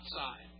outside